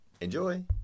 Enjoy